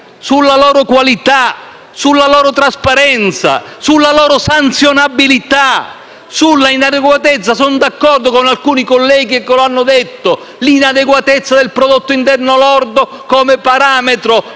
sulla loro qualità, sulla loro trasparenza, sulla loro sanzionabilità, sulla inadeguatezza - sono d'accordo con alcuni colleghi che lo hanno detto - del prodotto interno lordo come parametro